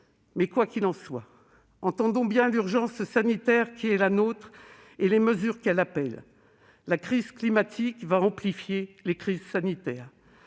Quoi qu'il en soit, entendons bien l'urgence sanitaire et les mesures qu'elle exige : la crise climatique va amplifier les crises sanitaires.